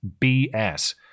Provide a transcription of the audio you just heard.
BS